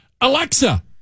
Alexa